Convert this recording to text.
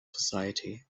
society